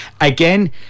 Again